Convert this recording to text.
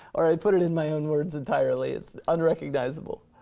or i put it in my own words entirely, it's unrecognizable,